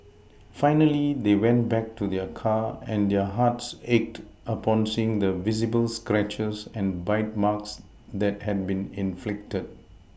finally they went back to their car and their hearts ached upon seeing the visible scratches and bite marks that had been inflicted